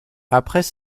après